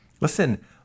listen